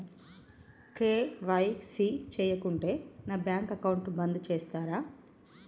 KYC చేయకుంటే నా bank account బంద్ చేస్తరా?